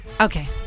Okay